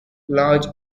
large